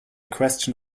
question